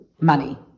money